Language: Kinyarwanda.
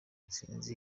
sinzi